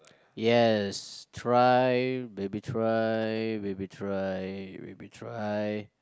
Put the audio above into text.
yes try baby try baby try baby try